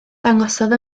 dangosodd